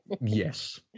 Yes